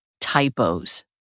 typos